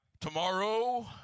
Tomorrow